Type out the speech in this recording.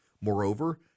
Moreover